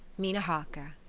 mina harker.